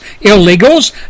illegals